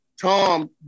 Tom